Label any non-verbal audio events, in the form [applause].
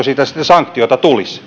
[unintelligible] siitä sitten sanktioita tulisi [unintelligible]